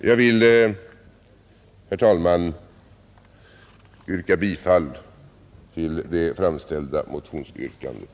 Jag vill yrka bifall till det framställda motionsyrkandet.